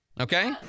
Okay